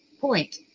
point